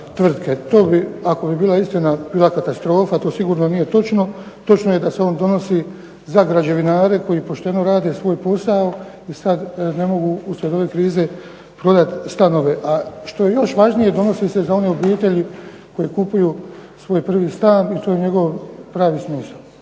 To bi ako bi bila istina bila katastrofa. To sigurno nije točno. Točno je da se on donosi za građevinare koji pošteno rade svoj posao i sada ne mogu uslijed ove krize prodati stanove. A što je još važnije donose se za one obitelji koji kupuju svoj prvi stan i to je njegov pravi smisao.